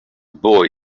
boy